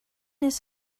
his